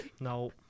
No